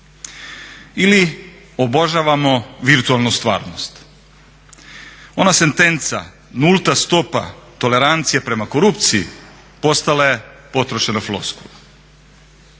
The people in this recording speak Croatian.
Ili obožavamo virtualnu stvarnost. Ona sentenca nulta stopa tolerancije prema korupciji postala je potrošena floskula.